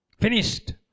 Finished